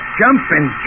jumping